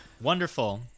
Wonderful